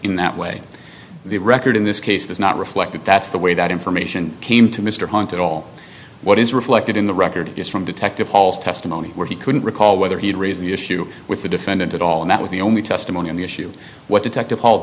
in that way the record in this case does not reflect that that's the way that information came to mr hunt at all what is reflected in the record from detective hall's testimony where he couldn't recall whether he'd raise the issue with the defendant at all and that was the only testimony on the issue what detective hall